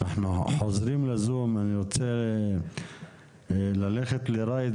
אני רוצה לפנות לחברת